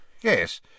yes